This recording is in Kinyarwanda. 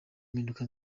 impinduka